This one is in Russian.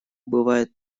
бывает